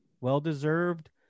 well-deserved